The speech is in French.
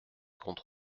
comte